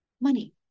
money